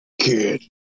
kid